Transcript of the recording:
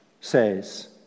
says